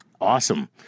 Awesome